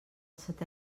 seté